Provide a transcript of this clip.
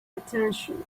attention